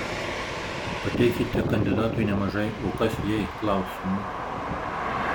pateikite kandidatui nemažai o kas jei klausimų